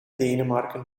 denemarken